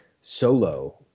solo